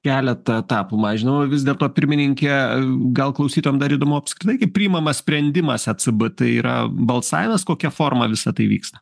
keletą etapų mažinama vis dėlto pirmininke gal klausytojam dar įdomu apskritai kai priimamas sprendimas ecbt tai yra balsavimas kokia forma visa tai vyksta